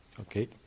Okay